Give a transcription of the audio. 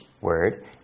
word